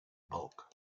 bulk